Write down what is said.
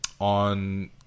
on